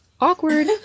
Awkward